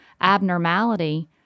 abnormality